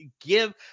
give